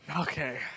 Okay